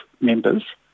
members